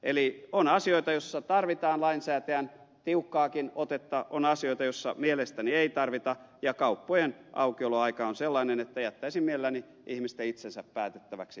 eli on asioita joissa tarvitaan lainsäätäjän tiukkaakin otetta on asioita joissa mielestäni ei tarvita ja kauppojen aukioloaika on sellainen asia jonka jättäisin mielelläni ihmisten itsensä päätettäväksi